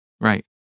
Right